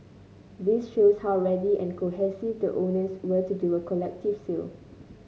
this shows how ready and cohesive the owners were to do a collective sale